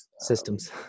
systems